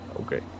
Okay